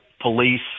police